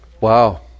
Wow